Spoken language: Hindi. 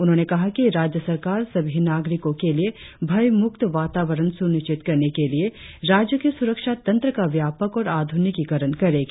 उन्होंने कहा कि राज्य सरकार सभी नागरिकों के लिए भयमुक्त वातावरण सुनिश्चित करने के लिए राज्य के सुरक्षा तंत्र का व्यापक और आधुनिकीकरण करेगी